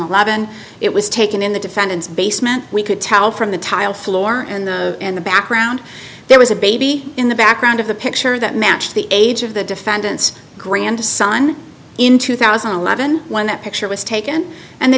eleven it was taken in the defendant's basement we could tell from the tile floor and in the background there was a baby in the background of the picture that matched the age of the defendant's grandson in two thousand and eleven when that picture was taken and the